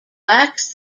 lacks